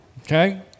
okay